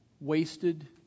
wasted